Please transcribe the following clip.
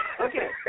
Okay